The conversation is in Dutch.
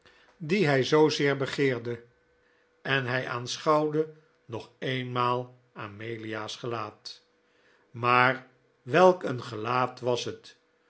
die hij zoozeer begeerde en hij aanschouwde nog eenmaal amelia's gelaat maar welk een gelaat was het